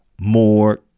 More